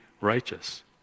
righteous